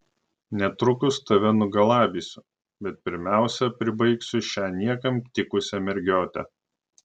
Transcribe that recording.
netrukus tave nugalabysiu bet pirmiausia pribaigsiu šią niekam tikusią mergiotę